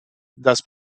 das